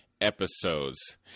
episodes